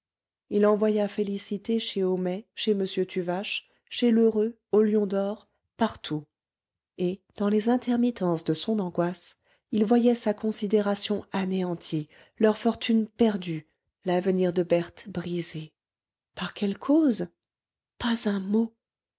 il envoya félicité chez homais chez m tuvache chez lheureux au lion d'or partout et dans les intermittences de son angoisse il voyait sa considération anéantie leur fortune perdue l'avenir de berthe brisé par quelle cause pas un mot